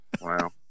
wow